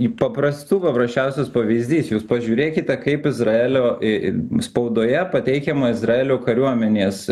į paprastų paprasčiausias pavyzdys jūs pažiūrėkite kaip izraelio į spaudoje pateikiama izraelio kariuomenės